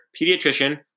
pediatrician